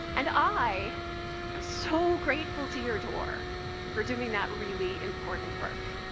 and i am so grateful to your door for doing that really important work,